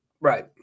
Right